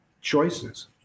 choices